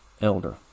elder